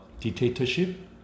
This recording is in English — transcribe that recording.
dictatorship